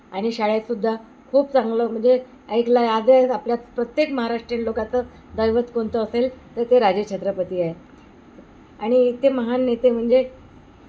आणि शाळेतसुद्धा खूप चांगलं म्हणजे ऐकला आहे आजही आपल्याच प्रत्येक महाराष्ट्रीयन लोकांचं दैवत कोणतं असेल तर ते राजे छत्रपती आहे आणि इथे महान नेते म्हणजे